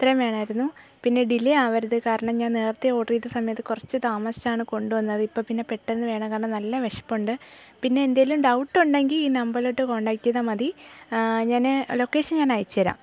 ഇത്രയും വേണമായിരുന്നു പിന്നെ ഡിലേ ആവരുത് കാരണം ഞാൻ നേരത്തെ ഓർഡർ ചെയ്ത സമയത്ത് കുറച്ച് താമസിച്ചാണ് കൊണ്ടു വന്നത് ഇപ്പോൾപ്പിന്നെ പെട്ടന്ന് വേണം കാരണം നല്ല വിശപ്പുണ്ട് പിന്നെ എന്തെങ്കിലും ഡൗട്ട് ഉണ്ടെങ്കിൽ ഈ നമ്പറിലോട്ട് കോണ്ടാക്ട് ചെയ്താൽ മതി ഞാൻ ലൊക്കേഷൻ ഞാനയച്ച് തരാം